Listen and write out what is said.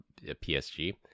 PSG